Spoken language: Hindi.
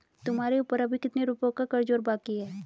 तुम्हारे ऊपर अभी कितने रुपयों का कर्ज और बाकी है?